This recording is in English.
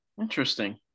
Interesting